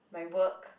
my work